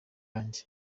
yanjye